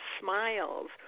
smiles